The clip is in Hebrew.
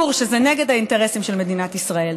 שזה נגד האינטרסים של מדינת ישראל.